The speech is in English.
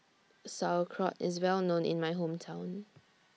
Sauerkraut IS Well known in My Hometown